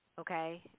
Okay